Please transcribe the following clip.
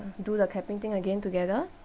do the clapping thing again together